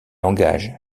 engage